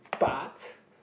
but